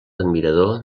admirador